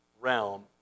realm